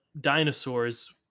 dinosaurs